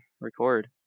record